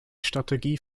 strategie